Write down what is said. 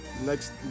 Next